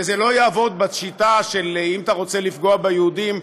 וזה לא יעבוד בשיטה של: אם אתה רוצה לפגוע ביהודים,